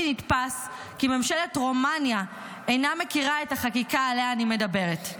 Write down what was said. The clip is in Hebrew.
נתפס כי ממשלת רומניה אינה מכירה את החקיקה שעליה אני מדברת.